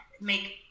make